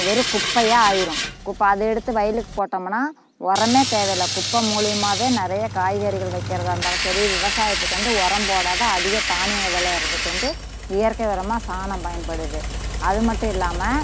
வெறும் குப்பையாக ஆயிரும் குப்பை அதை எடுத்து வயலுக்கு போட்டமுன்னா உரமே தேவையில்லை குப்பை மூலியமாகவே நிறைய காய்கறிகள் வைக்கறதாக இருந்தாலும் சரி விவசாயத்துக்கு வந்து உரம் போட்டால்தான் அதிக தானியங்கள் விளையறதுக்கு வந்து இயற்கை உரமா சாணம் பயன்படுது அதுமட்டும் இல்லாமல்